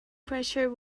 pressure